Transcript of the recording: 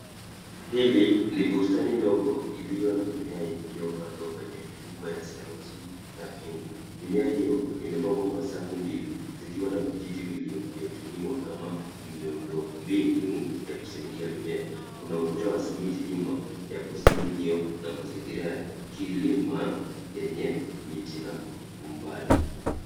Hili ni bustani ndogo iliyo na mimea iliyopandwa kwenye mifuko ya saruji na vyungu. Mimea hiyo imepangwa kwa safu mbili zikiwa na vijiti vilivyotumika kama miundombinu ya kusaidia mimea. Kuna ukuta wa simiti nyuma ya bustani hiyo na mazingira ya kilima yenye miti kwa umbali.